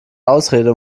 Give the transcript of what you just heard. ausrede